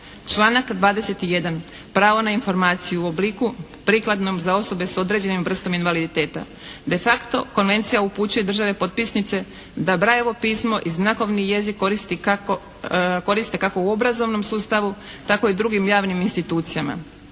Članak 21. Pravo na informaciju u obliku prikladnom za osobe s određenom vrstom invaliditeta. De facto Konvencija upućuje države potpisnice da Braillovo pismo i znakovni jezik koristi kako, koriste kako u obrazovnom sustavu tako i drugim javnim institucijama.